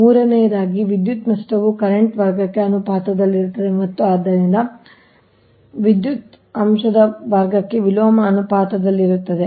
3ನೇಯದಾಗಿ ವಿದ್ಯುತ್ ನಷ್ಟವು ಕರೆಂಟ್ ವರ್ಗಕ್ಕೆ ಅನುಪಾತದಲ್ಲಿರುತ್ತದೆ ಮತ್ತು ಆದ್ದರಿಂದ ವಿದ್ಯುತ್ ಅಂಶದ ವರ್ಗಕ್ಕೆ ವಿಲೋಮ ಅನುಪಾತದಲ್ಲಿರುತ್ತದೆ